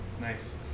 Nice